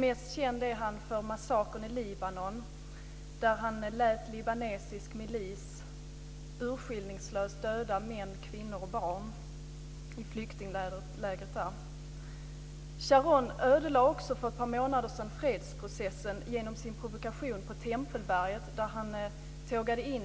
Mest känd är han för massakern i Libanon, då han lät libanesisk milis urskillningslöst döda män, kvinnor och barn i flyktinglägret där. Sharon ödelade också för ett par månader sedan fredsprocessen genom sin provokation på Tempelberget. Han tågade in